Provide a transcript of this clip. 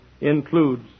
includes